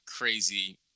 crazy